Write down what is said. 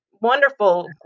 wonderful